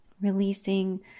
releasing